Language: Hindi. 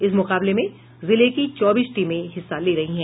इस मुकाबले में जिले की चौबीस टीमें हिस्सा ले रही हैं